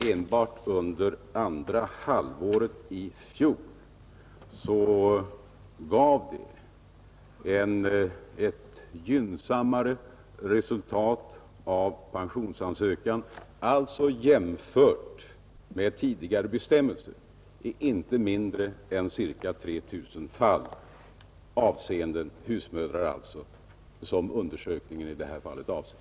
Enbart under andra halvåret i fjol var det ett gynnsammare resultat av pensionsansökan — alltså jämfört med tidigare bestämmelser — i inte mindre än ca 3 000 fall, och det är just husmödrar som den undersökningen avser.